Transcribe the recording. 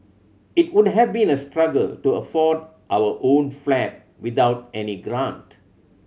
it would have been a struggle to afford our own flat without any grant